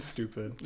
Stupid